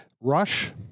Rush